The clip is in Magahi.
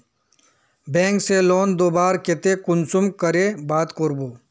बैंक से लोन लुबार केते कुंसम करे बात करबो?